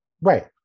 right